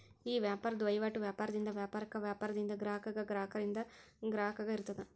ಈ ವ್ಯಾಪಾರದ್ ವಹಿವಾಟು ವ್ಯಾಪಾರದಿಂದ ವ್ಯಾಪಾರಕ್ಕ, ವ್ಯಾಪಾರದಿಂದ ಗ್ರಾಹಕಗ, ಗ್ರಾಹಕರಿಂದ ಗ್ರಾಹಕಗ ಇರ್ತದ